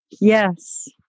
Yes